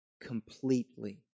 completely